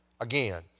again